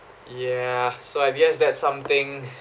ya so i guess that's something